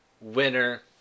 winner